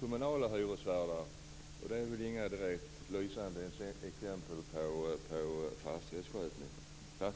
kommunala hyresvärdar, och där finns inga direkt lysande exempel på fastighetsskötsel.